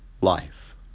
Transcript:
life